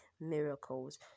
miracles